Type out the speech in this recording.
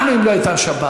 אנחנו, אם לא הייתה השבת.